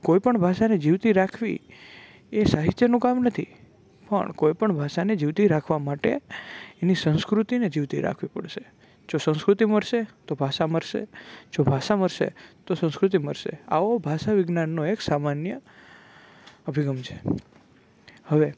કોઈ પણ ભાષાને જીવતી રાખવી એ સાહિત્યનું કામ નથી પણ કોઈ પણ ભાષાને જીવતી રાખવા માટે એની સંસ્કૃતિને જીવતી રાખવી પડશે જો સંસ્કૃતિ મરશે તો ભાષા મરશે જો ભાષા મરશે તો સંસ્કૃતિ મરશે આવો ભાષા વિજ્ઞાનનો એક સમાન્ય અભિગમ છે હવે